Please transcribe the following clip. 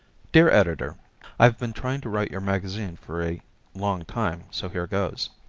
dear editor i've been trying to write your magazine for a long time, so here goes.